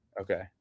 Okay